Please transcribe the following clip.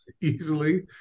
easily